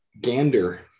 Gander